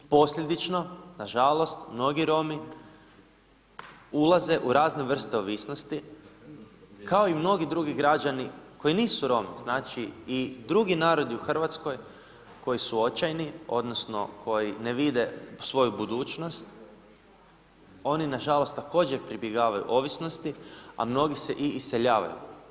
Posljedično nažalost mnogi Romi ulaze u razne vrste ovisnosti kao i mnogi drugi građani koji nisu Romi, znači i drugi narodi u Hrvatskoj koji su očajni odnosno koji ne vide svoju budućnost oni nažalost također pribjegavaju ovisnosti, a mnogi se i iseljavaju.